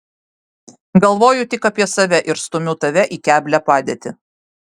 galvoju tik apie save ir stumiu tave į keblią padėtį